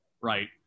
Right